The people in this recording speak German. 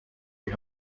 die